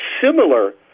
similar